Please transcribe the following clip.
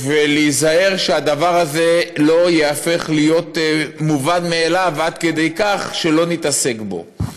להיזהר שהדבר הזה לא ייהפך להיות מובן מאליו עד כדי כך שלא נתעסק בו.